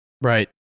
Right